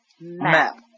MAP